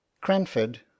Cranford